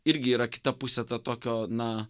irgi yra kita pusė ta tokio na